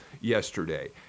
yesterday